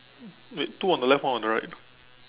wait two on the left one on the right